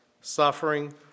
suffering